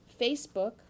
Facebook